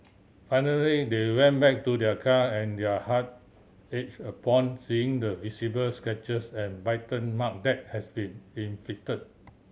finally they went back to their car and their heart ached upon seeing the visible scratches and bite mark that had been inflicted